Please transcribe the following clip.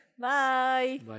Bye